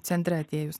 centre atėjus